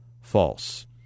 false